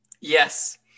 Yes